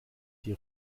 die